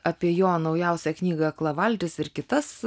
apie jo naujausią knygą akla valtis ir kitas